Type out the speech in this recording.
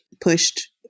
pushed